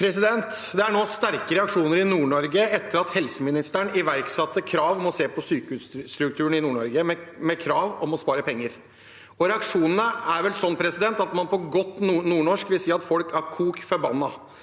Det er nå sterke re- aksjoner i Nord-Norge etter at helseministeren iverksatte krav om å se på sykehusstrukturen i Nord-Norge med krav om å spare penger. Reaksjonene er vel sånn at man på godt nordnorsk vil si at folk er kok forbanna.